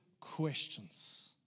questions